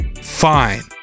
fine